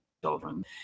children